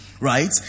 right